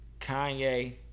Kanye